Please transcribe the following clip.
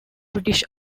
british